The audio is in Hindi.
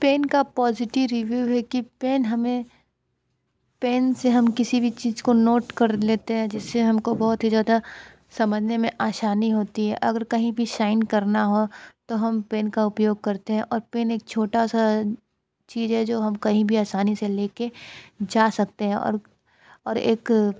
पेन का पॉजिटिव रिव्यु है कि पेन हमें पेन से हम किसी भी चीज़ को नोट कर लेते हैं जिससे हमको बहुत ही ज़्यादा समझने में आसानी होती है अगर कहीं भी शाइन करना हो तो हम पेन का उपयोग करते हैं और पेन एक छोटा सा चीज़ है जो हम कहीं भी आसानी से लेकर जा सकते हैं और और एक